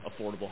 affordable